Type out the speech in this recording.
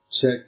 check